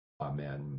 Amen